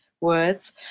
words